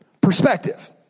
perspective